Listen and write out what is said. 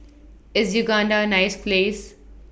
IS Uganda nice Place